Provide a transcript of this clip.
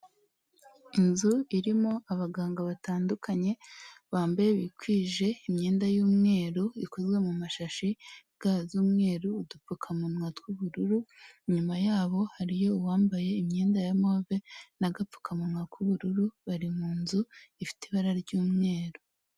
Inzu irimo abaganga batandukanye bambaye bikwije imyenda y'umweru ikozwe mu mashashi ga z'umweru, udupfukamunwa tw'ubururu. Inyuma yabo hariyo uwambaye imyenda ya move n'agapfukamuwa k'ubururu, bari mu nzu ifite ibara ry'umweru.